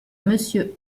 monsieur